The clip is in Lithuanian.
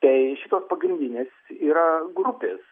tai šitos pagrindinės yra grupės